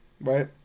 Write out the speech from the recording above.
right